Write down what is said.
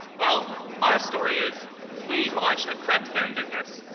well, our story is we launched a crepe-stand business.